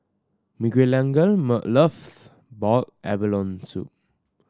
Miguelangel loves boiled abalone soup